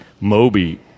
Moby